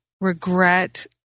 regret